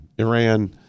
Iran